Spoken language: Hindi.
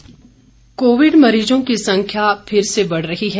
कोविड संदेश कोविड मरीजों की संख्या फिर से बढ़ रही है